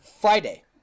Friday